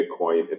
Bitcoin